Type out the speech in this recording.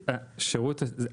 אחרת.